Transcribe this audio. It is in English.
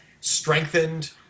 strengthened